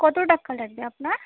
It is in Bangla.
কত টাকা লাগবে আপনার